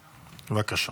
בבקשה.